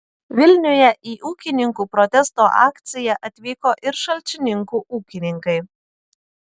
vilniuje į ūkininkų protesto akciją atvyko ir šalčininkų ūkininkai